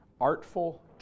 artful